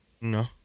No